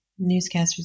newscasters